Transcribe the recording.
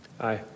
Aye